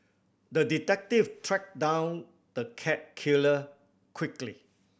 the detective tracked down the cat killer quickly